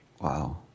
Wow